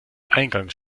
eingangs